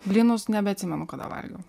blynus nebeatsimenu kada valgiau